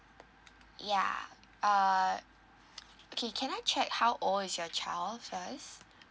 ya err okay can I check how old is your child first